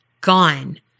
Gone